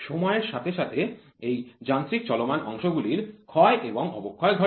সময়ের সাথে সাথে এই যান্ত্রিক চলমান অংশগুলির ক্ষয় এবং অবক্ষয় ঘটে